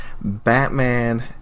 Batman